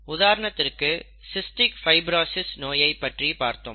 உதாரணத்திற்கு cystic fibrosis நோயை பற்றி பார்த்தோம்